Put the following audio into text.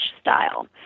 style